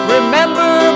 Remember